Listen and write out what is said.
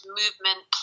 movement